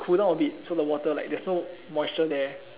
cool down a bit so the water like there's no moisture there